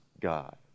God